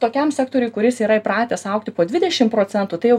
tokiam sektoriui kuris yra įpratęs augti po dvidešim procentų tai jau